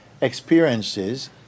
Experiences